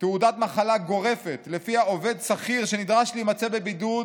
תעודת מחלה גורפת שלפיה עובד שכיר שנדרש להימצא בבידוד